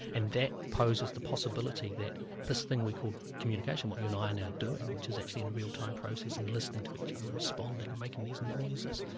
and that poses the possibility that this thing we call communication, what you and i are now doing, which is actually a real time process, and listening to each other, responding, and making these noises,